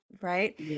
right